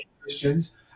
christians